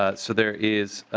ah so there is